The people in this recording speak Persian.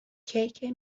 کیک